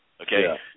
Okay